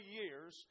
years